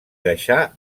deixà